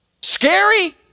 Scary